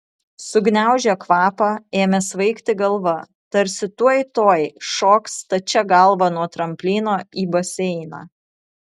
užgniaužė kvapą ėmė svaigti galva tarsi tuoj tuoj šoks stačia galva nuo tramplyno į baseiną